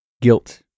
Guilt